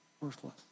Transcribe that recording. worthless